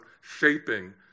shaping